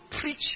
preach